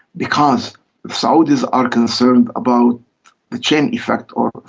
because saudis are concerned about the chain effect or,